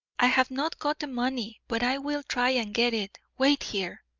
i have not got the money, but i will try and get it. wait here.